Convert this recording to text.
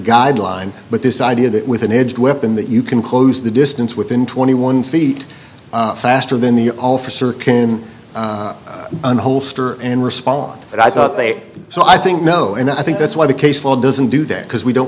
guideline but this idea that with an edged weapon that you can close the distance within twenty one feet faster than the officer came and holster and respond what i thought they saw i think no and i think that's why the case law doesn't do that because we don't